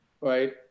right